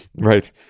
right